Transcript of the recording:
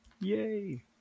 Yay